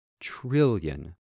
trillion